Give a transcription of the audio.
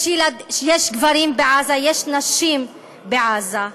יש גברים בעזה, יש נשים בעזה.